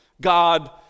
God